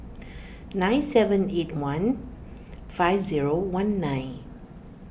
nine seven eight one five zero one nine